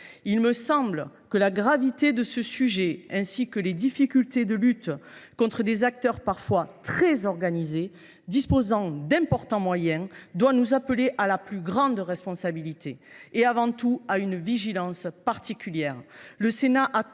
Il me semble que la gravité du sujet, ainsi que les difficultés que nous rencontrons pour combattre des acteurs parfois très organisés et disposant d’importants moyens, doit nous inciter à la plus grande responsabilité et, avant tout, à une vigilance particulière.